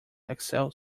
excel